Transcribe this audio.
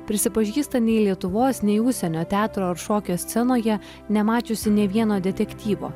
prisipažįsta nei lietuvos nei užsienio teatro ar šokio scenoje nemačiusi ne vieno detektyvo